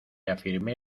afirmé